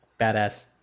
Badass